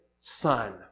son